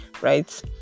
right